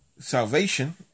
Salvation